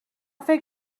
فکر